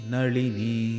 Nalini